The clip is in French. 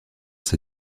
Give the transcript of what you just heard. ses